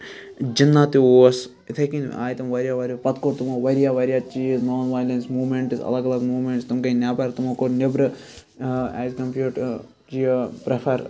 جِنا تہِ اوس یِتھے کنۍ آے تِم واریاہ واریاہ پَتہٕ کوٚر تمو واریاہ واریاہ چیٖز نان وایلینٕس موٗمینٹٕز اَلگ اَلَگ موٗمینٹٕس تِم گٔے نی۪بر تِمو کوٚر نٮ۪برٕ ایز کَمپِیٲڑ ٹُو یہِ پریفر